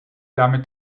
damit